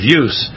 use